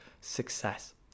success